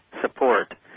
support